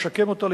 לשקם אותה,